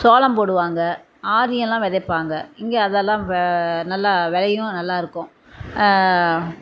சோளம் போடுவாங்க ஆரியம்லாம் விதைப்பாங்க இங்கே அதெல்லாம் வ நல்லா விளையும் நல்லாருக்கும்